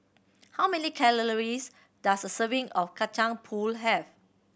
how many calories does a serving of Kacang Pool have